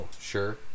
sure